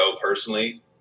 personally